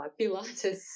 Pilates